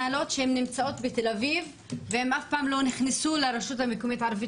שנמצאות בתל אביב ואף פעם לא נכנסו לרשות מקומית ערבית,